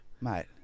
Mate